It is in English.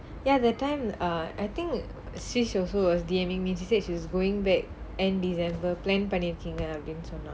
ya that time err I think shris also was dming me she said she was going back end december plan பண்ணிருக்காங்கனு சொன்ன:pannirukkaangannu sonna